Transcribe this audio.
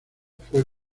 fue